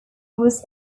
was